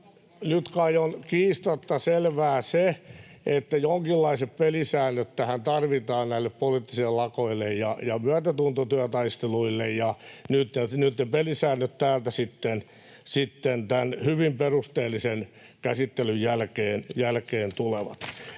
Nyt kai on kiistatta selvää se, että jonkinlaiset pelisäännöt tarvitaan näille poliittisille lakoille ja myötätuntotyötaisteluille, ja nyt ne pelisäännöt täältä sitten tämän hyvin perusteellisen käsittelyn jälkeen tulevat.